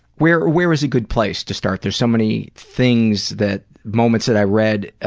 where where is a good place to start? there's so many things that, moments that i read,